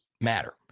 matter